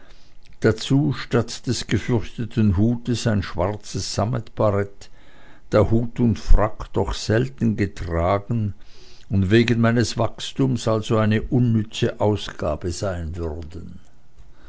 dazu statt des gefürchteten hutes ein schwarzes sammetbarett da hut und frack doch selten getragen und wegen meines wachstums also eine unnütze ausgabe sein würden